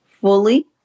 fully